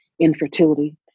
infertility